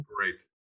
great